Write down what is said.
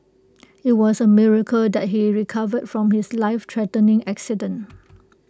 IT was A miracle that he recovered from his lifethreatening accident